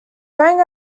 wearing